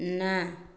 ନା